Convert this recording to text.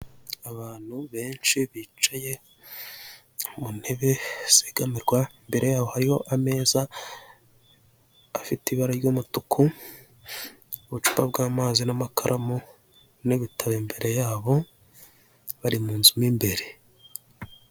Abantu benshi bicaye mu ntebe zegamirwa imbere yaho hariho ameza afite ibara ry'umutuku ubucupa bw'amazi n'amakaramu n'ibitabo imbere yabo bari mu nzu mo imbere.